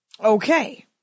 Okay